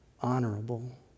honorable